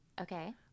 Okay